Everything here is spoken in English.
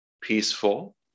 peaceful